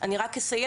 אני רק אסיים.